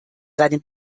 seinen